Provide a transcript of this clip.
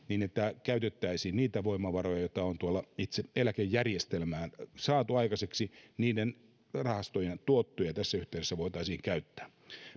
niin käytettäisiin niitä voimavaroja joita on itse eläkejärjestelmään saatu aikaiseksi niiden rahastojen tuottoja tässä yhteydessä voitaisiin käyttää